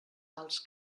alts